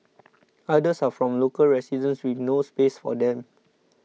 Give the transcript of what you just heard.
others are from local residents with no space for them